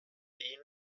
ihn